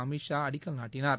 அமித்ஷா அடிக்கல் நாட்டினார்